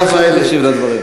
שר החינוך ישיב על הדברים.